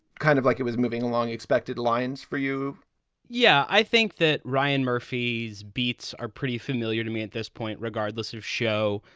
kind of like it was moving along expected lines for you yeah, i think that ryan murphy's beats are pretty familiar to me at this point, regardless of show.